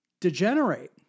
degenerate